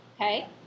Okay